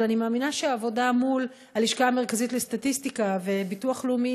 אבל אני מאמינה שהעבודה מול הלשכה המרכזית לסטטיסטיקה והביטוח הלאומי,